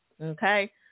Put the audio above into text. Okay